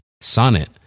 Sonnet